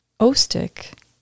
Ostick